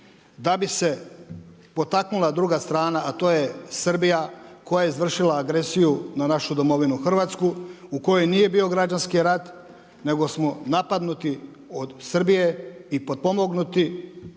Da bi se potaknula druga strana a to je Srbija, koja je izvršila agresiju na našu domovinu Hrvatsku u kojoj nije bio građanski rat nego smo napadnuti od Srbije i potpomognuti iz